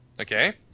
Okay